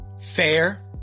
Fair